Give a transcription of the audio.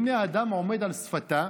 והינה אדם עומד על שפתה,